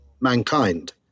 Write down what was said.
mankind